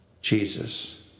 Jesus